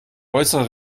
äußere